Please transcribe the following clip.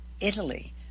Italy